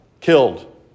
killed